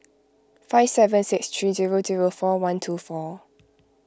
five seven six three zero zero four one two four